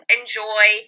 enjoy